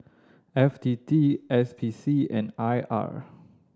F T T S P C and I R